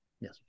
Yes